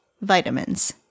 vitamins